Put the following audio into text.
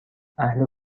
اهل